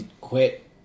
quit